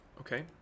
Okay